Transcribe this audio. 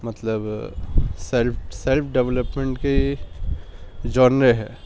مطلب self self development کی genre ہے